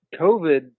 covid